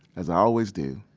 as i always do,